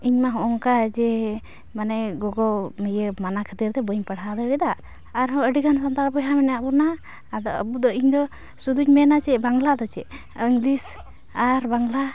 ᱤᱧᱢᱟ ᱦᱚᱜᱼᱚᱝᱠᱟ ᱡᱮ ᱢᱟᱱᱮ ᱜᱚᱜᱚ ᱤᱭᱟᱹ ᱢᱟᱱᱟ ᱠᱷᱟᱹᱛᱤᱨᱛᱮ ᱵᱟᱹᱧ ᱯᱟᱲᱦᱟᱣ ᱫᱟᱲᱮᱭᱟᱫᱟ ᱟᱨᱦᱚᱸ ᱟᱹᱰᱤᱜᱟᱱ ᱦᱟᱱᱛᱟᱲ ᱵᱚᱭᱦᱟ ᱢᱮᱱᱟᱜ ᱵᱚᱱᱟ ᱟᱫᱚ ᱟᱵᱚᱫᱚ ᱤᱧᱫᱚ ᱥᱩᱫᱩᱧ ᱢᱮᱱᱟ ᱪᱮᱫ ᱵᱟᱝᱞᱟᱫᱚ ᱪᱮᱫ ᱤᱝᱞᱤᱥ ᱟᱨ ᱵᱟᱝᱞᱟ